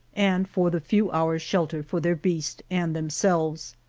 and for the few hours shelter for their beast and themselves.